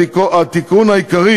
התיקון העיקרי